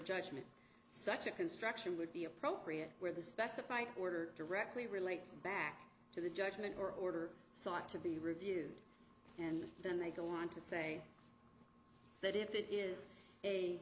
judgement such a construction would be appropriate where the specified order directly relates back to the judgment or order sought to be reviewed and then they go on to say that if it is a